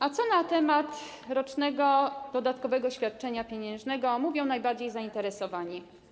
A co na temat rocznego podatkowego świadczenia pieniężnego mówią najbardziej zainteresowani?